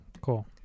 Cool